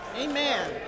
Amen